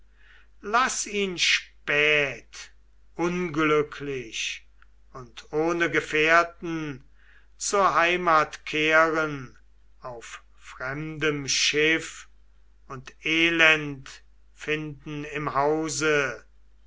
laß ihn spät unglücklich und ohne gefährten zur heimat kehren auf fremdem schiff und elend finden im hause